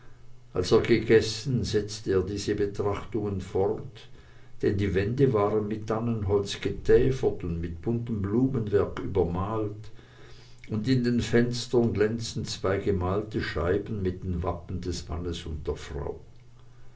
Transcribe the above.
als er gegessen setzte er diese betrachtungen fort denn die wände waren mit tannenholz getäfert und mit buntem blumenwerk übermalt und in den fenstern glänzten zwei gemalte scheiben mit den wappen des mannes und der frau